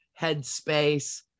headspace